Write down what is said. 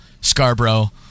Scarborough